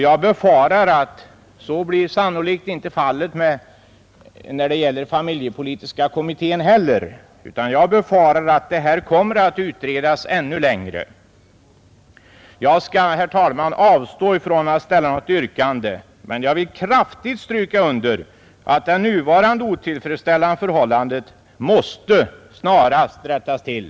Jag befarar att så blir sannolikt inte fallet när det gäller familjepolitiska kommittén heller, utan jag befarar att ärendet kommer att utredas ännu längre. Jag skall, herr talman, avstå från att ställa något yrkande. Men jag vill kraftigt stryka under att det nuvarande otillfredsställande förhållandet måste snarast rättas till.